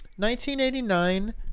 1989